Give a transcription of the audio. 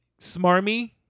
smarmy